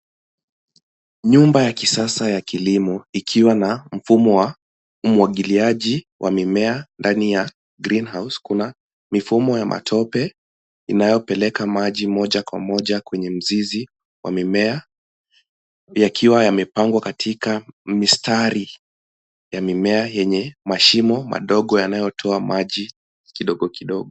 Nyumba ya kisasa ya kilimo ikiwa na mfumo wa umwagiliaji wa mimea ndani ya geen house . Kuna mifumo ya matope inayopeleka maji moja kwa moja kwenye mzizi wa mimea, yakiwa yamepangwa katika mistari ya mimea yenye mashimo madogo yanayotoa maji kidogo kidogo.